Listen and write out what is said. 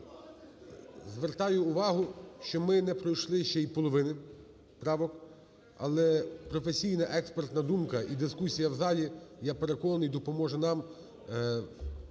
звертаю увагу, що ми не пройшли ще й половини правок. Але професійна експертна думка і дискусія в залі, я переконаний, допоможе нам